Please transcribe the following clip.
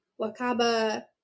Wakaba